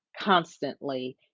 constantly